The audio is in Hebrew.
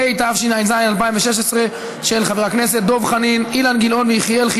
והיא עוברת להמשך דיון והכנה בוועדת העבודה,